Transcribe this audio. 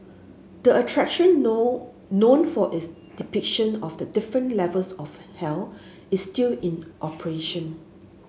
the attraction know known for its depiction of the different levels of hell is still in operation